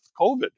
COVID